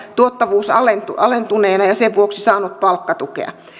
tuottavuus alentuneena alentuneena ja sen vuoksi saanut palkkatukea